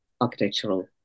architectural